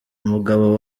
umugabo